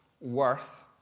worth